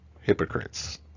hypocrites